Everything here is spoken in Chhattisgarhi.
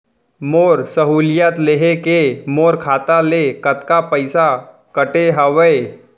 मोर सहुलियत लेहे के मोर खाता ले कतका पइसा कटे हवये?